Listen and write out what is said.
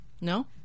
No